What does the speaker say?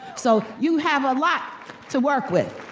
so, you have a lot to work with.